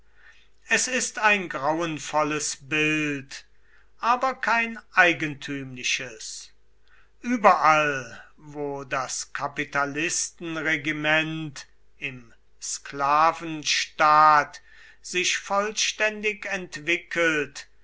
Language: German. es ist ein grauenvolles bild aber kein eigentümliches überall wo das kapitalistenregiment im sklavenstaat sich vollständig entwickelt